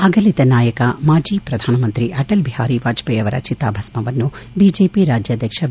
ಅಗಲಿದ ನಾಯಕ ಮಾಜಿ ಪ್ರಧಾನಮಂತ್ರಿ ಅಟಲ್ ಬಿಹಾರಿ ವಾಜಪೇಯಿ ಅವರ ಚಿತಾಭಸ್ವನ್ನು ಬಿಜೆಪಿ ರಾಜ್ಯಾಧ್ವಕ್ಷ ಬಿ